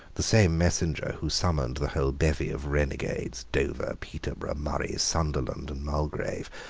the same messenger who summoned the whole bevy of renegades, dover, peterborough, murray, sunderland, and mulgrave,